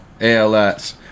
ALS